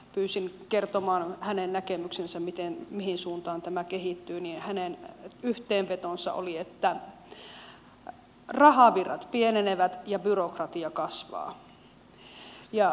pyysin häntä kertomaan näkemyksensä mihin suuntaan tämä kehittyy ja hänen yhteenvetonsa oli että rahavirrat pienenevät ja byrokratia kasvaa